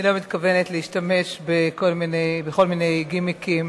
אני לא מתכוונת להשתמש בכל מיני גימיקים.